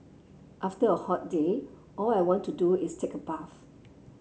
after a hot day all I want to do is take a bath